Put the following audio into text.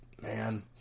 man